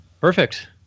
Perfect